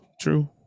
true